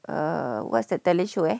err what's the talent show eh